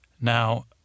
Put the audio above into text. Now